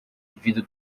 vidro